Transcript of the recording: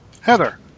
Heather